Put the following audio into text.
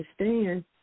understand